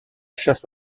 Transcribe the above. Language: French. chasse